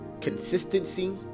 Consistency